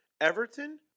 Everton